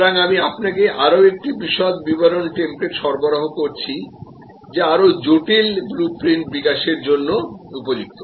সুতরাং আমি আপনাকে আরও একটি বিশদ বিবরণ টেমপ্লেট সরবরাহ করছি যা আরও জটিল blue print বিকাশের জন্য উপযুক্ত